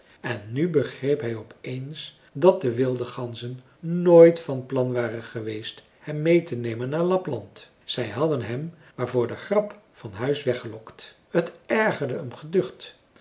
en nu begreep hij op eens dat de wilde ganzen nooit van plan waren geweest hem meê te nemen naar lapland zij hadden hem maar voor de grap van huis weggelokt het ergerde hem geducht